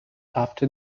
after